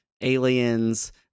aliens